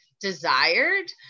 desired